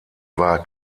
war